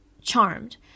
Charmed